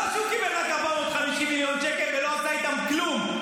לא רק שהוא קיבל 450 מיליון שקלים ולא עשה איתם כלום,